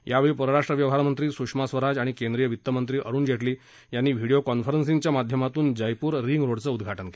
यावेळी परराष्ट्र व्यवहार मंत्री सुषमा स्वराज आणि केंद्रीय वित्त मंत्री अरुण जेटली यांनी व्हिडीओ कॉन्फरन्सिंगच्या माध्यमातून जयपूर रिंग रोडचं उदघाटन केलं